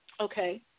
Okay